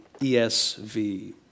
ESV